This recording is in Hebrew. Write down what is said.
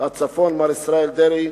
הצפון מר ישראל דרעי,